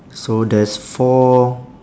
so there's four